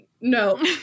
No